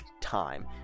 time